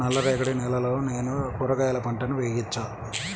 నల్ల రేగడి నేలలో నేను కూరగాయల పంటను వేయచ్చా?